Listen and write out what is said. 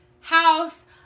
House